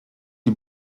die